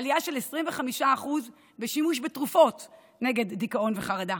עלייה של 25% בשימוש בתרופות נגד דיכאון וחרדה.